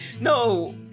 no